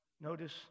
Notice